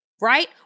right